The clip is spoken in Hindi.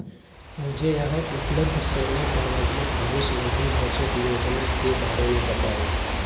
मुझे यहाँ उपलब्ध सोने सार्वजनिक भविष्य निधि बचत योजना के बारे में बताएँ